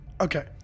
Okay